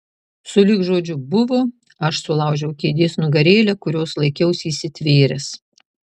sulig žodžiu buvo aš sulaužiau kėdės nugarėlę kurios laikiausi įsitvėręs